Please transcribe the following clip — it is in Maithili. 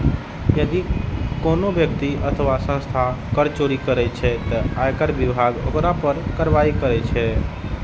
यदि कोनो व्यक्ति अथवा संस्था कर चोरी करै छै, ते आयकर विभाग ओकरा पर कार्रवाई करै छै